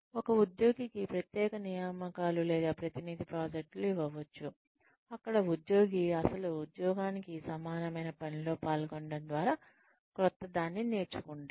ఒక ఉద్యోగికి ప్రత్యేక నియామకాలు లేదా ప్రతినిధి ప్రాజెక్టులు ఇవ్వవచ్చు అక్కడ ఉద్యోగి అసలు ఉద్యోగానికి సమానమైన పనిలో పాల్గొనడం ద్వారా క్రొత్తదాన్ని నేర్చుకుంటాడు